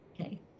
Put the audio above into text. Okay